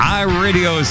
iRadio